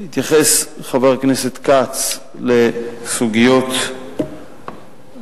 התייחס חבר הכנסת כץ לסוגיות נוספות,